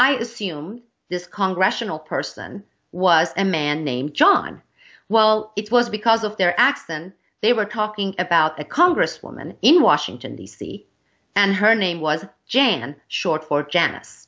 i assume this congregational person was a man named john well it was because of their x then they were talking about a congresswoman in washington d c and her name was jan short for janice